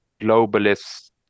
globalist